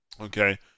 Okay